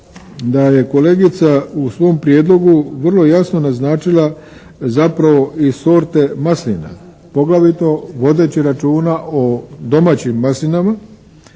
da je kolegica u svom prijedlogu vrlo jasno naznačila zapravo i sorte maslina. Poglavito vodeći računa o domaćim maslinama,